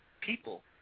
people